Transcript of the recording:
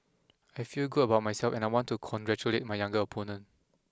I feel good about myself and I want to congratulate my younger opponent